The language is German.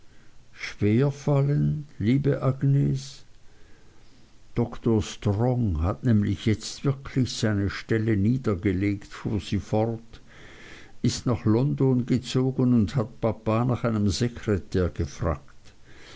fallen liebe agnes dr strong hat nämlich jetzt wirklich seine stelle niedergelegt fuhr sie fort ist nach london gezogen und hat papa nach einem sekretär gefragt